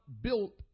built